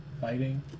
fighting